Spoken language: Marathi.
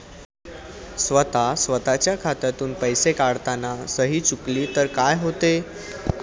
स्वतः स्वतःच्या खात्यातून पैसे काढताना सही चुकली तर काय होते?